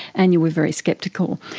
and you were very sceptical.